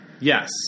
yes